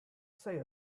say